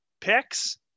picks